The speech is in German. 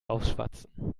aufschwatzen